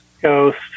Ghost